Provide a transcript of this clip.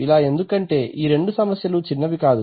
ఇలా ఎందుకంటే ఈ రెండూ సమస్యలూ చిన్నవి కాదు